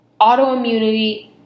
autoimmunity